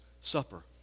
Supper